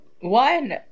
one